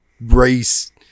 race